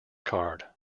card